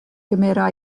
gymera